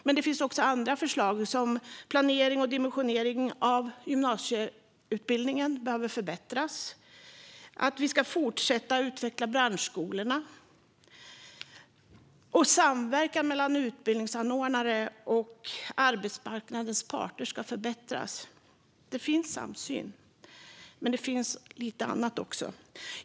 Men det finns också andra förslag, som att planeringen och dimensioneringen av gymnasieutbildning behöver förbättras, att vi ska fortsätta att utveckla branschskolorna och att samverkan mellan utbildningsanordnare och arbetsmarknadens parter ska förbättras. Det finns samsyn, men det finns lite annat också.